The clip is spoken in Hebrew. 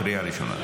קריאה ראשונה.